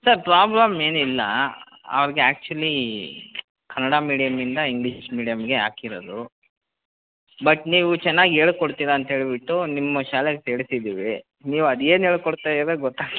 sir problem ಏನು ಇಲ್ಲ ಅವ್ರಿಗೆ ಆ್ಯಕ್ಚುಲಿ ಕನ್ನಡ ಮೀಡಿಯಮಿಂದ ಇಂಗ್ಲೀಷ್ ಮೀಡಿಯಮ್ಗೆ ಹಾಕಿರೋದು ಬಟ್ ನೀವು ಚೆನ್ನಾಗಿ ಹೇಳ್ಕೊಡ್ತಿರಾ ಅಂತ ಹೇಳಿಬಿಟ್ಟು ನಿಮ್ಮ ಶಾಲೆಗೆ ಸೇರ್ಸಿದ್ದೀವಿ ನೀವು ಅದು ಏನು ಹೇಳ್ಕೊಡ್ತಾಯಿರೊ ಗೊತ್ತಾ